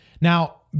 Now